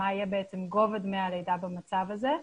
מה יהיה בעצם גובה דמי הלידה במצב הזה,